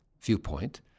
Viewpoint